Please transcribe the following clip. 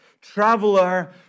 traveler